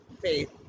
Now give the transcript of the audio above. faith